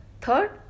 Third